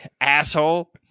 asshole